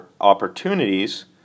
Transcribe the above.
opportunities